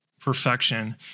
perfection